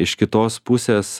iš kitos pusės